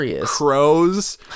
crows